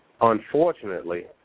Unfortunately